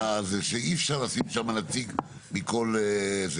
שאי אפשר לשים שם נציג מכל גוף,